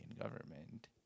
government